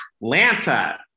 Atlanta